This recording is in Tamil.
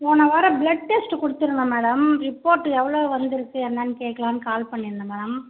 போன வாரம் ப்ளட் டெஸ்ட்டு கொடுத்துருந்தேன் மேடம் ரிப்போர்ட்டு எவ்வளோ வந்துயிருக்கு என்னான்னு கேக்கலான்னு கால் பண்ணியிருந்தேன் மேடம்